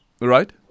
Right